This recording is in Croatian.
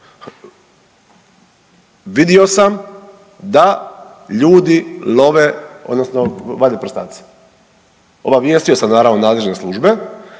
vidio sam da ljudi love odnosno vade prstace. Obavijestio sam naravno nadležne službe,